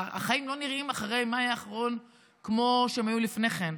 החיים לא נראים אחרי מאי האחרון כמו שהם היו לפני כן.